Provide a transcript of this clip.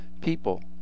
people